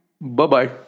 Bye-bye